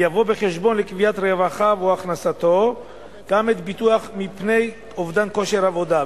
יביא בחשבון לקביעת רווחיו או הכנסתו גם ביטוח מפני אובדן כושר עבודה,